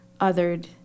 othered